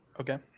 Okay